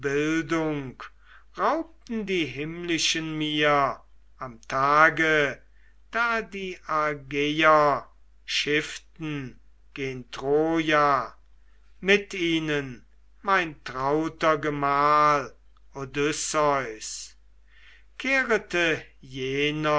raubten die himmlischen mir am tage da die argeier schifften gen troja mit ihnen mein trauter gemahl odysseus